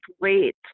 wait